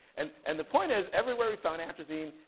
and and the point is, everywhere we found atrazine,